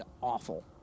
awful